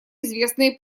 известные